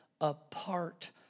apart